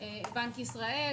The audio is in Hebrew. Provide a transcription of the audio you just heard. בנק ישראל,